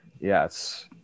Yes